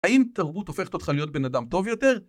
האם תרבות הופכת אותך להיות בן אדם טוב יותר?